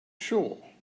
sure